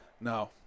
No